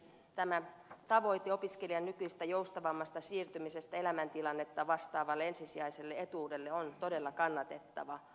tämä tavoite opiskelijan nykyistä joustavammasta siirtymisestä elämäntilannetta vastaavalle ensisijaiselle etuudelle on todella kannatettava